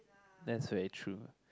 that's very true